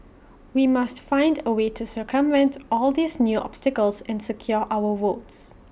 we must find A way to circumvent all these new obstacles and secure our votes